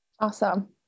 Awesome